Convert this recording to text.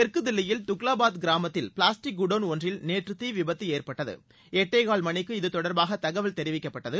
தெற்கு தில்லியில் துக்லாபாத் கிராமத்தில் பிளாஸ்டிக் குடோன் ஒன்றில் நேற்று தீ விபத்து ஏற்பட்டது எட்டேகால் மணிக்கு இது தொடர்பாக தகவல் தெரிவிக்கப்பட்டது